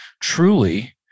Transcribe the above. truly